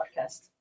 Podcast